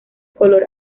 color